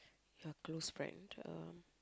ya close friend uh